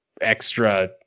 extra